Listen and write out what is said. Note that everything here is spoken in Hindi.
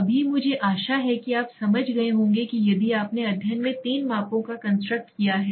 अभी मुझे आशा है कि आप समझ गए होंगे कि यदि आपने अध्ययन में तीन मापों का कंस्ट्रक्ट किया है